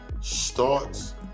starts